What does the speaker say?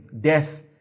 Death